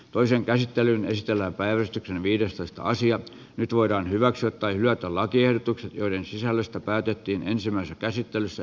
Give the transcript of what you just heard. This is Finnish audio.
toisen käsittelyn estellä päivystyksen viidestoista nyt voidaan hyväksyä tai hylätä lakiehdotukset joiden sisällöstä päätettiin ensimmäisessä käsittelyssä